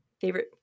Favorite